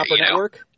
Network